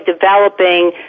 developing